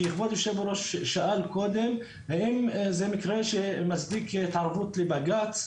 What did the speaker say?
כי כבוד יושב הראש שאל קודם האם זה מקרה שמצדיק התערבות בג"צ?